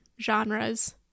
genres